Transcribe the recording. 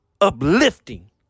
uplifting